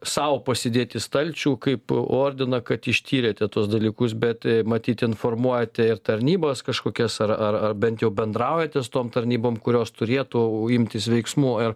sau pasidėt į stalčių kaip ordiną kad ištyrėte tuos dalykus bet matyt informuojate ir tarnybas kažkokias ar ar ar bent jau bendraujate su tom tarnybom kurios turėtų imtis veiksmų ir